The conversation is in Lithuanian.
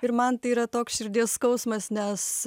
ir man tai yra toks širdies skausmas nes